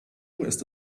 ist